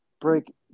break